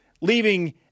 leaving